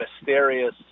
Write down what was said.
mysterious